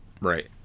Right